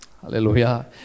Hallelujah